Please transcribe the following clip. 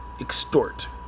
extort